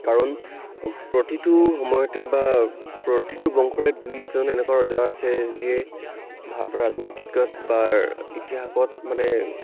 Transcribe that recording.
কাৰণ প্ৰতিটো সময়তে বা প্ৰতিটো বংশৰে দুই এজন এনেকুৱা ৰজা আছে যিয়ে ভাৰতৰ ৰাজনৈতিকত বা ইতিহাসত মানে